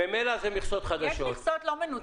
--- יש מכסות לא מנוצלות בשנתיים האחרונות?